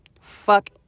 Fuck